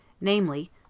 namely